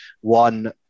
One